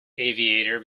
aviator